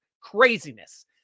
Craziness